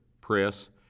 press